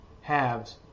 halves